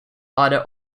other